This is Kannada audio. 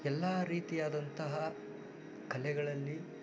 ಎಲ್ಲ ರೀತಿಯಾದಂತಹ ಕಲೆಗಳಲ್ಲಿ